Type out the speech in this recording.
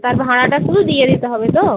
তার ভাড়াটা শুধু দিয়ে দিতে হবে তো